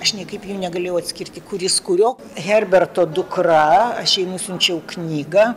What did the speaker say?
aš niekaip jų negalėjau atskirti kuris kurio herberto dukra aš jai nusiunčiau knygą